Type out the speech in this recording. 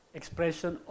expression